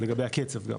לגבי הקצב גם,